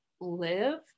live